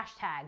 hashtags